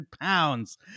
pounds